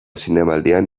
zinemaldian